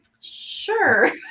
sure